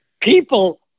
people